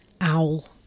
owl